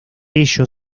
ello